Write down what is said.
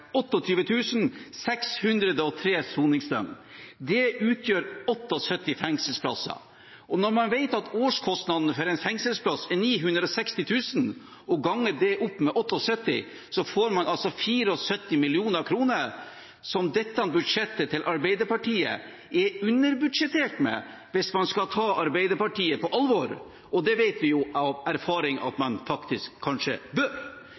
603 soningsdøgn. Det utgjør 78 fengselsplasser. Når man vet at årskostnadene for en fengselsplass er 960 000 kr og ganger det opp mot 78, får man altså 74 mill. kr som dette budsjettet til Arbeiderpartiet er underbudsjettert med, hvis man skal ta Arbeiderpartiet på alvor, og det vet vi av erfaring at man faktisk kanskje bør.